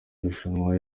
irushanwa